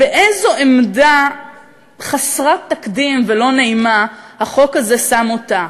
באיזו עמדה חסרת תקדים ולא נעימה החוק הזה שם אותה.